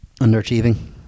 Underachieving